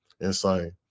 Insane